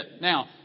Now